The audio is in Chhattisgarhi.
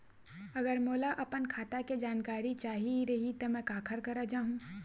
अगर मोला अपन खाता के जानकारी चाही रहि त मैं काखर करा जाहु?